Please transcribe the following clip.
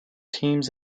teams